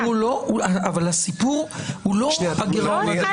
אבל הסיפור הוא לא הגירעון.